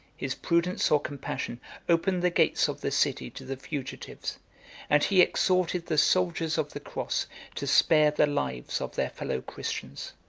his prudence or compassion opened the gates of the city to the fugitives and he exhorted the soldiers of the cross to spare the lives of their fellow-christians.